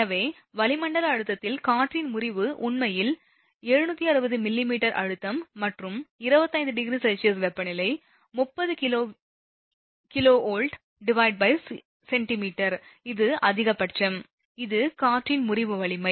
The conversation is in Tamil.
எனவே வளிமண்டல அழுத்தத்தில் காற்றின் முறிவு உண்மையில் 760 மிமீ அழுத்தம் மற்றும் 25 ° C வெப்பநிலை 30 kVcm இது அதிகபட்சம் இது காற்றின் முறிவு வலிமை